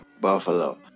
Buffalo